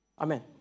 Amen